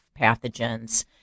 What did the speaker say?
pathogens